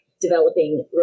developing